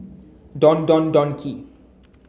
Don Don Donki